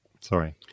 Sorry